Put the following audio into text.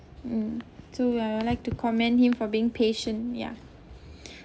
mm so I would like to commend him for being patient ya